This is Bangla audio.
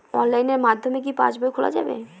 অনলাইনের মাধ্যমে কি পাসবই খোলা যাবে?